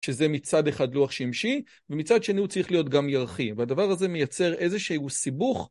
שזה מצד אחד לוח שימשי ומצד שני הוא צריך להיות גם ירחי והדבר הזה מייצר איזה שהוא סיבוך